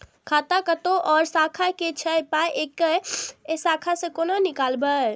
खाता कतौ और शाखा के छै पाय ऐ शाखा से कोना नीकालबै?